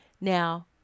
now